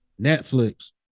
Netflix